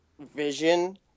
vision